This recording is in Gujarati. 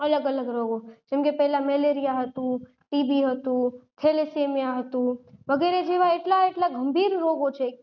અલગ અલગ રોગો જેમકે પહેલાં મેલેરિયા હતું ટીબી હતું થેલેસેમિયા હતું વગેરે જેવા એટલા એટલા ગંભીર રોગો છે